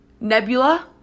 nebula